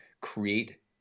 create